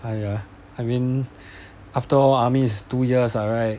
!aiya! I mean after all army is two years ah right